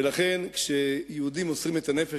ולכן כשיהודים מוסרים את הנפש,